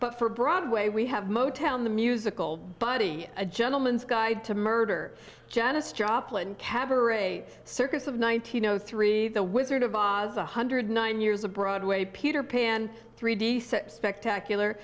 but for broadway we have motown the musical body a gentleman's guide to murder janis joplin cabaret circus of nineteen zero three the wizard of oz one hundred nine years of broadway peter pan three d set spectacular